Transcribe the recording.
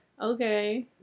Okay